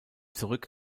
zurück